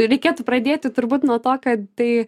reikėtų pradėti turbūt nuo to kad tai